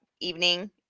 evening